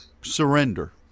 surrender